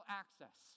access